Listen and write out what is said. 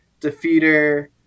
defeater